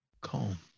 calm